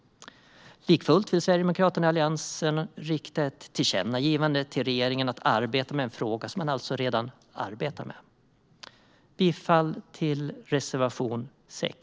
Likafullt vill Sverigedemokraterna och Alliansen rikta ett tillkännagivande till regeringen om att arbeta med en fråga som man alltså redan arbetar med. Jag yrkar bifall till reservation 6.